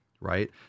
right